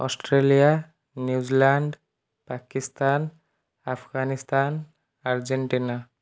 Australia New Zealand Pakistan Afghanistan Argentina